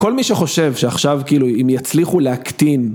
כל מי שחושב שעכשיו כאילו אם יצליחו להקטין